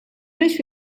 beş